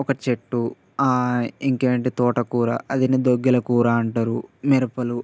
ఒక చెట్టు ఇంకేంటి తోటకూర అదేంటో దొగ్గెలకూర అనంటారు మిరపలు